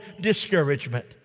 discouragement